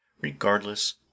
regardless